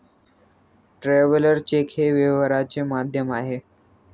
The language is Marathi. ट्रॅव्हलर चेक हे व्यवहाराचे माध्यम आहे